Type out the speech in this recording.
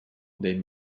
dei